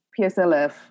PSLF